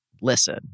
listen